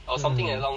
mm